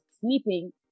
sleeping